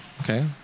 Okay